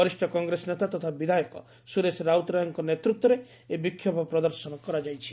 ବରିଷ କଂଗ୍ରେସ ନେତା ତଥା ବିଧାୟକ ସୁରେଶ ରାଉତରାୟଙ୍କ ନେତୃତ୍ୱରେ ଏହି ବିକ୍ଷୋଭ ପ୍ରଦର୍ଶନ କରାଯାଇଛି